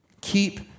Keep